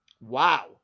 wow